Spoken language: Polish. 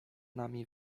nami